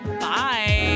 bye